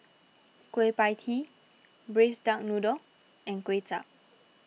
Kueh Pie Tee Braised Duck Noodle and Kuay Chap